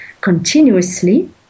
continuously